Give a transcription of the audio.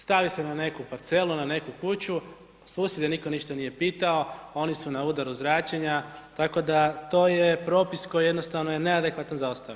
Stavi se na neku parcelu, na neku kuću, susjede nitko ništa nije pitao, a oni su na udaru zračenja, tako da, to je propis koji jednostavno je neadekvatan za ostale.